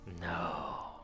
no